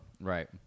Right